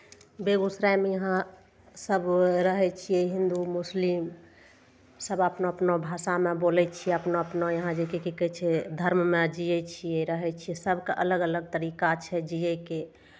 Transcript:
बेगूसरायमे यहाँ सभ रहै छियै हिंदू मुस्लिमसभ अपना अपना भाषामे बोलै छियै अपना अपनामे यहाँ जेकि की कहै छियै धर्ममे जीयै छियै रहै छियै सभके अलग अलग तरीका छै जियैके